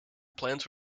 plans